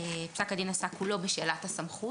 פסק הדין עסק כולו בשאלת הסמכות.